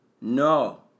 No